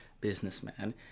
businessman